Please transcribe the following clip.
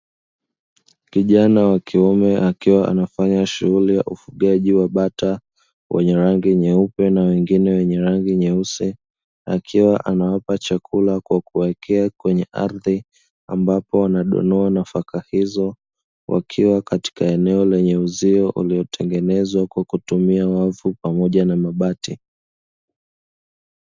Kijana wa kiume akiwa anafanya shughuli ya ufugaji wa bata wenye rangi nyeupe na wengine wenye rangi nyeusi akiwa anawapa chakula kwa kuwekea kwenye ardhi ambapo wanadonoa nafaka hizo wakiwa katika eneo lenye uzio uliotengenezwa kwa kutumia mavu pamoja na mabati.